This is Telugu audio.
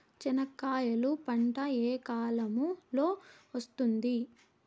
చెనక్కాయలు పంట ఏ కాలము లో వస్తుంది